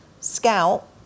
scout